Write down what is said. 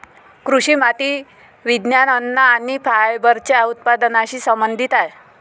कृषी माती विज्ञान, अन्न आणि फायबरच्या उत्पादनाशी संबंधित आहेत